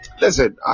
Listen